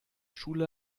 schule